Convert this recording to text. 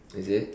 is it